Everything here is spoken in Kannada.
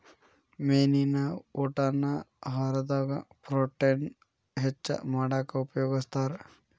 ಮೇನಿನ ಊಟಾನ ಆಹಾರದಾಗ ಪ್ರೊಟೇನ್ ಹೆಚ್ಚ್ ಮಾಡಾಕ ಉಪಯೋಗಸ್ತಾರ